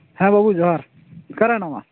ᱦᱮᱸ ᱵᱟᱵᱩ ᱡᱚᱦᱟᱨ ᱚᱠᱟᱨᱮ ᱦᱮᱱᱟᱢᱟ